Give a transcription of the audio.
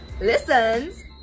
listens